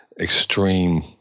extreme